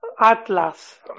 Atlas